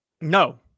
No